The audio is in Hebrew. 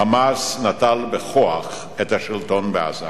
"חמאס" נטל בכוח את השלטון בעזה.